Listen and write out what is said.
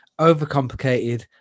overcomplicated